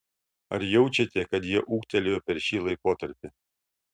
ar jaučiate kad jie ūgtelėjo per šį laikotarpį